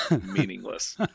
meaningless